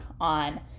on